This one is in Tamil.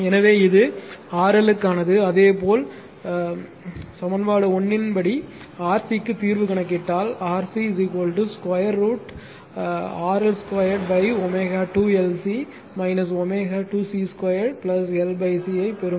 எனவே இது RL க்கானது அதேபோல் 1 இன் சமன்பாட்டின் படி RC க்கு தீர்வு கணக்கிட்டால் RC √ RL 2ω2 LC ω2 C 2 L C ஐப் பெறும்